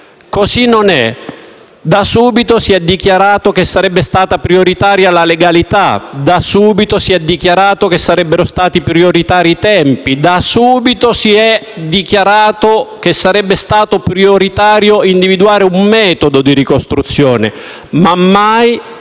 Così non è. Da subito si è dichiarato che sarebbe stata prioritaria la legalità, da subito si è dichiarato che sarebbero stati prioritari i tempi, da subito si è dichiarato che sarebbe stato prioritario individuare un metodo di ricostruzione. Ma mai